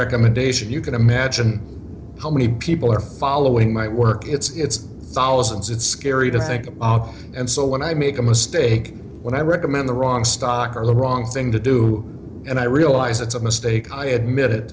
recommendation you can imagine how many people are following my work it's thousands it's scary to think of and so when i make a mistake when i recommend the wrong stock or the wrong thing to do and i realize it's a mistake i admit it